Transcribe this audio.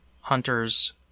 hunters